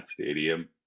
stadium